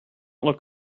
look